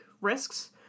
risks